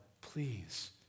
please